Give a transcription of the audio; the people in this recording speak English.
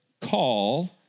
call